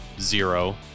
Zero